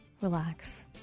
relax